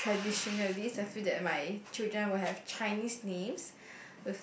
uh traditionally I feel that my children would have Chinese names